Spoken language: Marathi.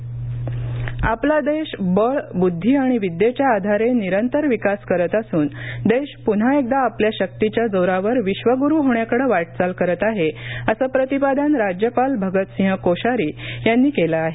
राज्यपाल आपला देश बळ बुध्दी आणि विद्येच्या आधारे निरंतरपणे विकास करत असून देश पुन्हा एकदा आपल्या शक्तीच्या जोरावर विश्व गुरू होण्याकडे वाटचाल करत आहे असं प्रतिपादन राज्यपाल भगत सिंह कोश्यारी यांनी केलं आहे